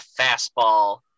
fastball